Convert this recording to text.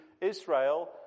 Israel